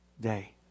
day